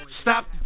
stop